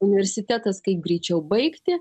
universitetas kaip greičiau baigti